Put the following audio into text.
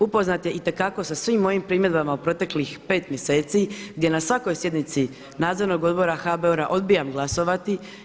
Upoznat je itekako sa svim mojim primjedbama u proteklih 5 mjeseci gdje na svakoj sjednici Nadzornog odbora HBOR-a odbijam glasovati.